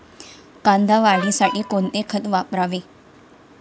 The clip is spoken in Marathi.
कांदा वाढीसाठी कोणते खत वापरावे?